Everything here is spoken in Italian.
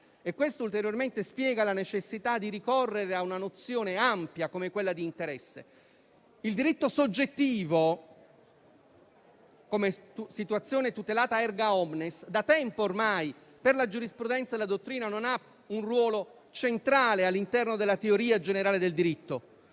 spiega ulteriormente la necessità di ricorrere a una nozione ampia, come quella di interesse. Il diritto soggettivo, come situazione tutelata *erga omnes*, ormai da tempo per la giurisprudenza e la dottrina non ha un ruolo centrale all'interno della teoria generale del diritto.